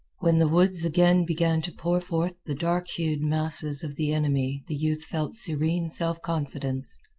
when the woods again began to pour forth the dark-hued masses of the enemy the youth felt serene self-confidence.